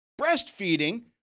Breastfeeding